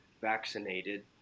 vaccinated